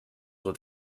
with